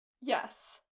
Yes